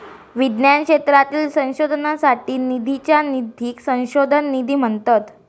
विज्ञान क्षेत्रातील संशोधनासाठी निधीच्या निधीक संशोधन निधी म्हणतत